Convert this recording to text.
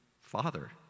Father